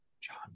John